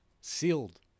Sealed